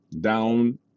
down